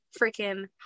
freaking